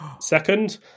Second